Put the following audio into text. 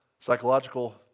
Psychological